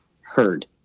heard